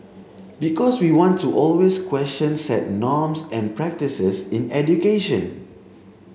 because we want to always question set norms and practices in education